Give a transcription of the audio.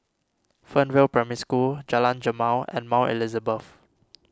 Fernvale Primary School Jalan Jamal and Mount Elizabeth